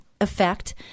effect